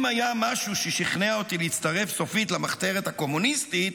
אם היה משהו ששכנע אותי להצטרף סופית למחתרת הקומוניסטית,